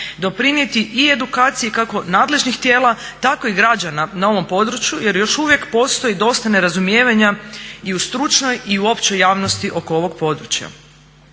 doprinijeti i edukaciji kako nadležnih tijela tako i građana na ovom području jer još uvijek postoji dosta nerazumijevanja i u stručnoj i u općoj javnosti oko ovog područja.